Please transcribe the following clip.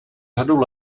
řadu